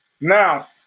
Now